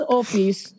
office